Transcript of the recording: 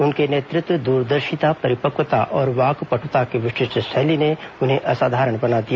उनके नेतृत्व द्रदर्शिता परिपक्वता और वाकपट्टता की विशिष्ट शैली ने उन्हें असाधारण बना दिया